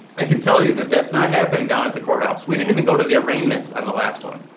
i can tell you that that's not happening down at the court house. we didn't even go to the arraignment on the last one.